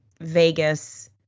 Vegas